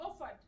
offered